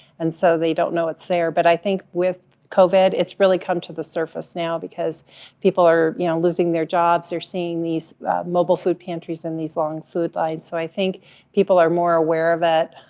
and so they don't know it's there. but i think with covid, it's really come to the surface now, because people are, you know, losing their jobs, they're seeing these mobile food pantries, and these long food lines. so i think people are more aware of it,